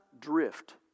drift